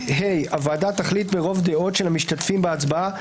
הוועדה תחליט ברוב דעות של המשתתפים בהצבעה,